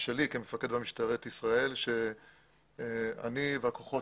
ושלי כמפקד במשטרת ישראל היא שאני והכוחות